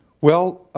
well,